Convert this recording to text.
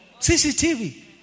CCTV